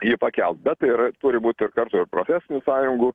jį pakelt bet tai yra turi būt ir kartu profesinių sąjungų